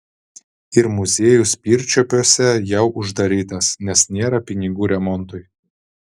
ir muziejus pirčiupiuose jau uždarytas nes nėra pinigų remontui